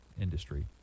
industry